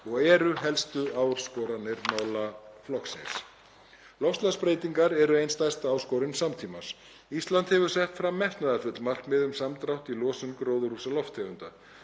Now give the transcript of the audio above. og eru helstu áskoranir málaflokksins. Loftslagsbreytingar eru ein stærsta áskorun samtímans. Ísland hefur sett fram metnaðarfull markmið um samdrátt í losun gróðurhúsalofttegunda.